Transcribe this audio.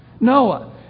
Noah